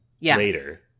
later